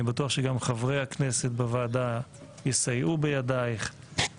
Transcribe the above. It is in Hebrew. אני בטוח שגם חברי הכנסת בוועדה יסייעו בידך,